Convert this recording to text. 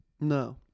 No